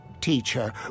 Teacher